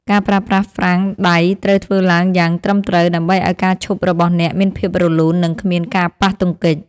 ការប្រើប្រាស់ហ្វ្រាំងដៃត្រូវធ្វើឡើងយ៉ាងត្រឹមត្រូវ ដើម្បីឱ្យការឈប់របស់អ្នកមានភាពរលូន និងគ្មានការប៉ះទង្គិច។